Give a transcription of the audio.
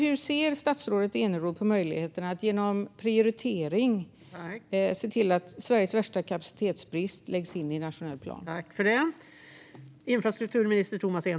Hur ser statsrådet Eneroth på möjligheten att genom prioritering se till att sträckan med Sveriges största kapacitetsbrist läggs in i den nationella planen?